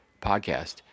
podcast